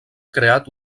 creat